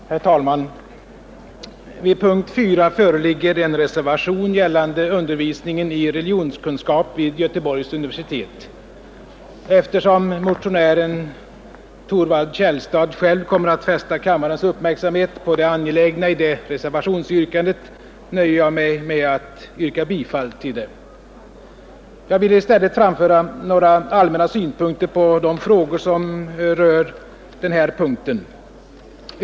Nr 58 Herr talman! Vid denna punkt har avgivits en reservation gällande Fredagen den undervisningen i religionskunskap vid Göteborgs universitet. Eftersom 14 april 1972 motionären Thorvald Källstad själv kommer att fästa kammarens —L ——— uppmärksamhet på det angelägna i det reservationsyrkandet nöjer jag mig — Humanistiska fakulteterna m.m. med att yrka bifall till detsamma. Jag vill i stället anföra några allmänna synpunkter på de frågor som rör denna punkt.